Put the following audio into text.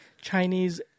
Chinese